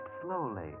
slowly